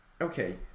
okay